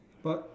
but